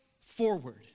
forward